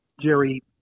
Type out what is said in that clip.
Jerry